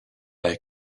their